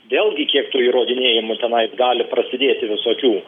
vėlgi kiek tų įrodinėjimų tenais gali prasidėti visokių